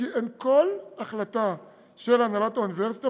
גם את התשובה של נשיאת האוניברסיטה,